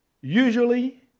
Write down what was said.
Usually